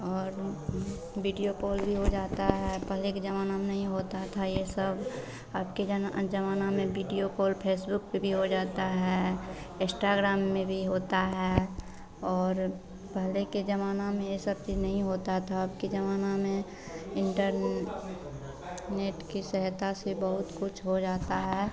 और video call भी हो जाता है पहले के ज़माना में नहीं होता था यह सब अबके जन ज़माना में वीडियो कॉल फेसबुक पर भी हो जाता है इन्स्टाग्राम में भी होता है और पहले के ज़माना में यह सब चीज़ नहीं होती थी अबके ज़माना में इन्टरनेट की सहयता से बहुत कुछ हो जाता है